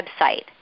website